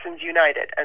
united